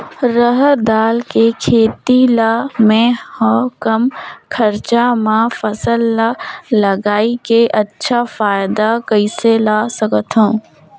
रहर दाल के खेती ला मै ह कम खरचा मा फसल ला लगई के अच्छा फायदा कइसे ला सकथव?